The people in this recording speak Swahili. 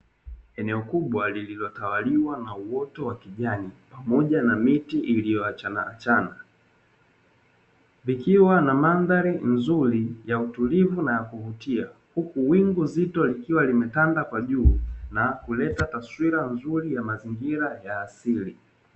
Eneo kubwa lililotawaliwa na uoto wa kijani pamoja na miti iliyoachanaachana. Likiwa na mandhari nzuri ya utulivu na ya kuvutia, huku wingu zito likiwa limetanda kwa juu na kuleta taswira nzuri ya mazingira ya asili.